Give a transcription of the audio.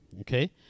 okay